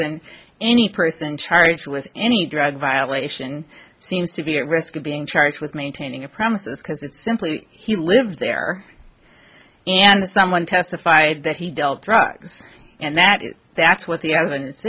then any person charged with any drug violation seems to be at risk of being charged with maintaining a premises because it's simply he lives there and someone testified that he dealt drugs and that that's what the evidence